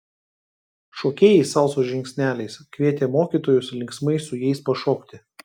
šokėjai salsos žingsneliais kvietė mokytojus linksmai su jais pašokti